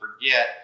forget